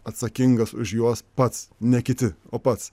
atsakingas už juos pats ne kiti o pats